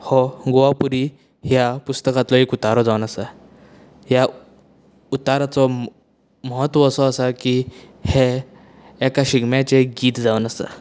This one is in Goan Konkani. हो गोवापूरी ह्या पुस्तकांतलो एक उतारो जावन आसा ह्या उताऱ्याचो म्हत्व असो आसा की हें एका शिगम्याचें गीत जावन आसा